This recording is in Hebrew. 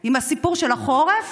עם הסיפור של החורף